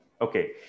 Okay